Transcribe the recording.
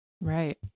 Right